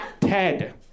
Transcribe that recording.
Ted